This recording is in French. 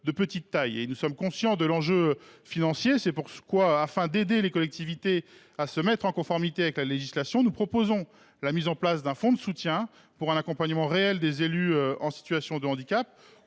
de petite taille notamment. Conscients de l’enjeu financier et soucieux d’aider les collectivités à se mettre en conformité avec la législation, nous proposons la mise en place d’un fonds de soutien à même de garantir un accompagnement réel des élus en situation de handicap.